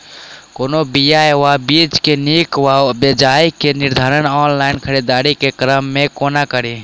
कोनों बीया वा बीज केँ नीक वा बेजाय केँ निर्धारण ऑनलाइन खरीददारी केँ क्रम मे कोना कड़ी?